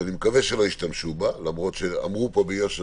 שאני מקווה שלא ישתמשו בה למרות שאמרו פה ביושר